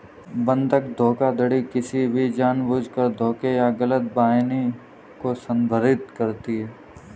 बंधक धोखाधड़ी किसी भी जानबूझकर धोखे या गलत बयानी को संदर्भित करती है